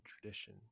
tradition